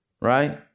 Right